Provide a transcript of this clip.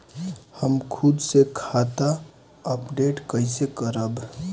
हम खुद से खाता अपडेट कइसे करब?